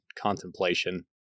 contemplation